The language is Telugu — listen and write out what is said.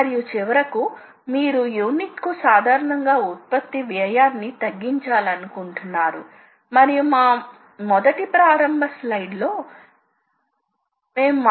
మరో వైపు మీరు అబ్సొల్యూట సిస్టమ్ ను ఉపయోగిస్తుంటే మీరు ఎల్లప్పుడూ యంత్రం యొక్క కోఆర్డినేట్ స్పేస్ లో ఊహించిన స్టేషనరీ ఆరిజిన్ నుండి ప్రారంభించాలి